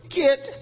get